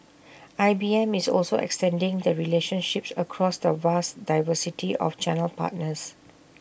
I B M is also extending the relationships across the vast diversity of channel partners